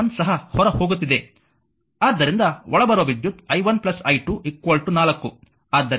ಆದ್ದರಿಂದ ಒಳಬರುವ ವಿದ್ಯುತ್ i 1 i2 4